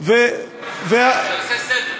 זה עושה סדר.